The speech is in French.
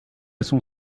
son